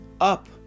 up